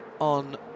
on